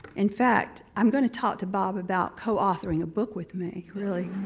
in fact, i'm going to talk to bob about co authoring a book with me, really.